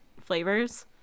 flavors